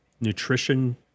nutrition